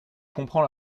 comprends